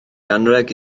anrheg